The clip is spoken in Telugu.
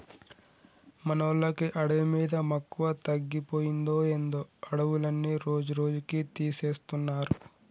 మనోళ్ళకి అడవి మీద మక్కువ తగ్గిపోయిందో ఏందో అడవులన్నీ రోజురోజుకీ తీసేస్తున్నారు